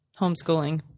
Homeschooling